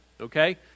okay